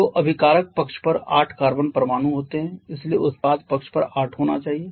तो अभिकारक पक्ष पर 8 कार्बन परमाणु होते हैं इसलिए उत्पाद पक्ष पर 8 होना चाहिए